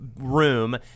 room